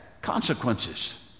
consequences